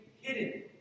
hidden